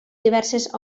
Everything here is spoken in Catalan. diverses